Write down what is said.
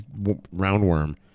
roundworm